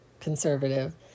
conservative